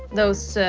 those.